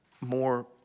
more